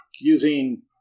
Using